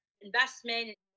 investment